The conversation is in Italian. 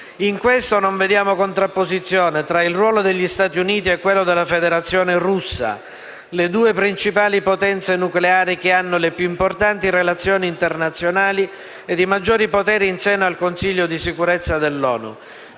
In questo non vediamo contrapposizione tra il ruolo degli Stati Uniti e quello della Federazione russa, le due principali potenze nucleari che hanno le più importanti relazioni internazionali ed i maggiori poteri in seno al Consiglio di sicurezza dell'ONU.